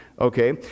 okay